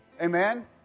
Amen